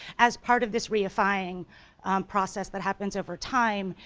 as part of this rarefy and process that happens over time,